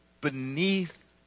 beneath